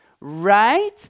right